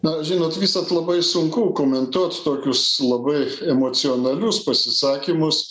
na žinot visad labai sunku komentuot tokius labai emocionalius pasisakymus